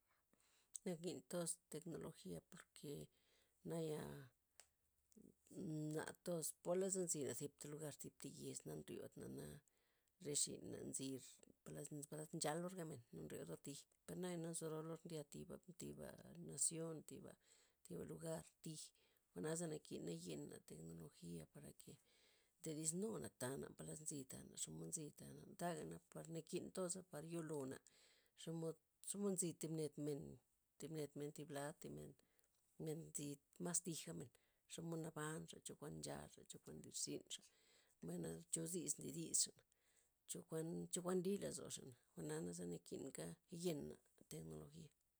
Nakin toz teknologia porke nayaa nartoz pola ze nzina zipta lugar tzipa yez na nryodna, na re xina' nzir las polad nchalor gabmen na nriodor tij pernaya na nzo rolor ndya thiba thiba nasion thiba thiba lugar tij, jwa'naza nakinet yenna' tekcnologia parake todisnuna tana' pala nzi tana xomod nzi ta'na, tagana par nakin toza' par yolo'na xomod xomod nzi thib ned men, thib ned men thib lad thib ned tzi mas tij gabmen xomod nabnxa', chokuan nchaxa', chokuan nlirzynxa' mbayna cho dis ndodisxa' chokuan- chokuan nli lozoxa' jwa'naza nakinka yena' tecnolgia.